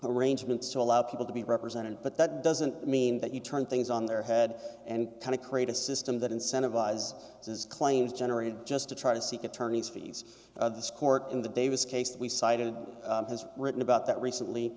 arrangements to allow people to be represented but that doesn't mean that you turn things on their head and kind of create a system that incentivize does claim is generated just to try to seek attorney's fees the court in the davis case that we cited and has written about that recently